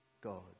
God